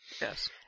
Yes